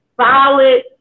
solid